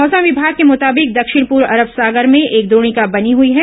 मौसम विभाग के मुताबिक दक्षिण पूर्व अरब सागर में एक द्रोणिका बनी हुई है